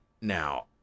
Now